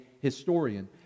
historian